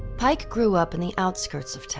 pike grew up in the outskirts of town,